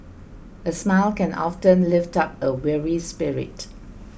a smile can often lift up a weary spirit